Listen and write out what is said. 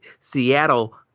Seattle